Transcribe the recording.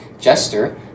jester